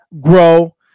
grow